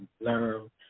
learn